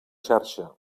xarxa